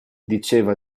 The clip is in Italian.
diceva